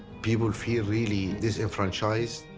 people feel really disenfranchised,